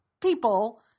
people